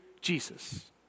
Jesus